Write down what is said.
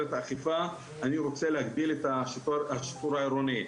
את האכיפה אני רוצה להגדיל את השיטור העירוני,